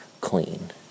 clean